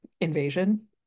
invasion